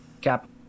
cap